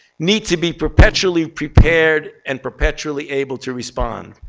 need to be perpetually prepared and perpetually able to respond.